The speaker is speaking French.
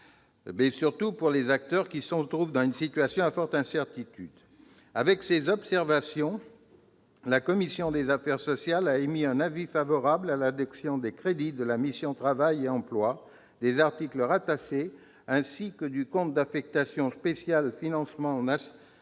surtout pour les acteurs, qui se trouvent dans une situation de forte incertitude. Malgré ces observations, la commission des affaires sociales a émis un avis favorable à l'adoption des crédits de la mission « Travail et emploi », des articles rattachés, ainsi que du compte d'affectation spéciale « Financement national